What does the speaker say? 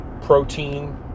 protein